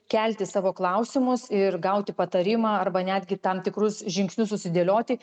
kelti savo klausimus ir gauti patarimą arba netgi tam tikrus žingsnius susidėlioti